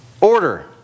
Order